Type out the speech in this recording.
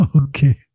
Okay